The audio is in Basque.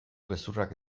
gezurrak